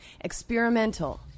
Experimental